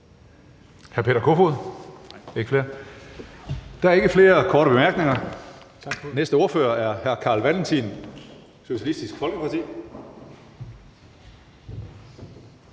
(Karsten Hønge): Der er ikke flere korte bemærkninger. Næste ordfører er hr. Carl Valentin, Socialistisk Folkeparti.